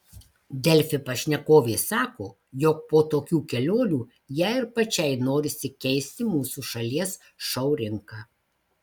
delfi pašnekovė sako jog po tokių kelionių jai ir pačiai norisi keisti mūsų šalies šou rinką